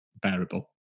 bearable